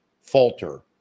falter